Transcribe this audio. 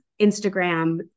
Instagram